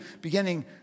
beginning